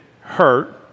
hurt